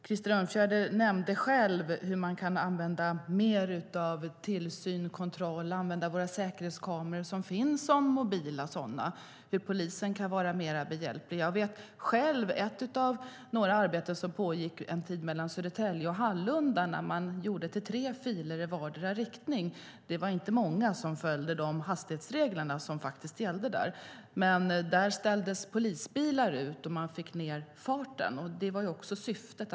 Krister Örnfjäder nämnde själv att man kan använda mer av tillsyn och kontroll, använda mobila säkerhetskameror som finns och att polisen kan vara mer behjälplig. Jag kommer ihåg ett vägarbete som pågick en tid mellan Södertälje och Hallunda då man gjorde tre filer i vardera riktningen. Men det var inte många som följde de hastighetsregler som faktiskt gällde där. Men där ställdes polisbilar ut, och man fick ned farten som var syftet.